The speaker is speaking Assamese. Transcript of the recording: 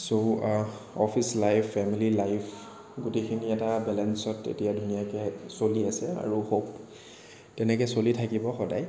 চ' অফিচ লাইফ ফেমিলী লাইফ গোটেইখিনি এটা বেলেন্সত এতিয়া ধুনীয়াকৈ চলি আছে আৰু হ'প তেনেকৈ চলি থাকিব সদায়